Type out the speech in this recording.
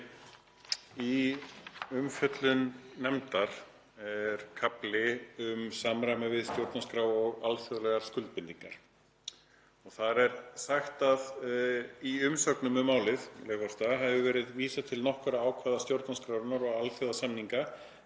Í umfjöllun nefndar er kafli um samræmi við stjórnarskrá og alþjóðlegar skuldbindingar. Þar er sagt að í umsögnum um málið hafi verið vísað til nokkurra ákvæða stjórnarskrárinnar og alþjóðasamninga